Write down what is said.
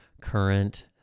current